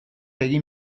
egin